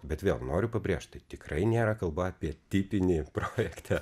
bet vėl noriu pabrėžt tai tikrai nėra kalba apie tipinį projektą